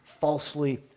falsely